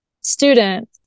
student